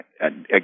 again